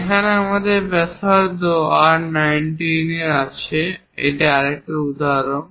এখানে আমাদের ব্যাসার্ধ R19 আছে আরেকটি উদাহরণ